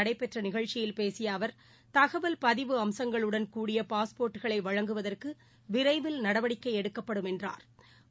நடைபெற்றநிகழ்ச்சியில் பேசியஅவா் தகவல் பதிவு அம்சங்களுடன் கூடிய பாஸ்போா்ட்களைவழங்குவதற்குவிரைவில் நடவடிக்கைஎடுக்கப்படும் என்றாா்